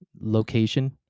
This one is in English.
location